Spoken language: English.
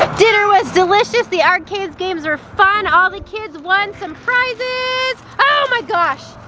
dinner was delicious, the arcade's games were fun, all the kids won some prizes! oh my gosh!